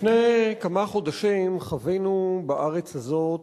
לפני כמה חודשים חווינו בארץ הזאת